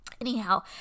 Anyhow